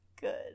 good